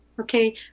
okay